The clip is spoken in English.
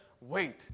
Wait